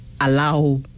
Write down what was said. allow